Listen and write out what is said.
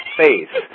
face